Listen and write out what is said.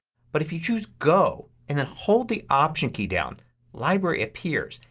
but if you choose go and then hold the option key down library appears.